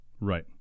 Right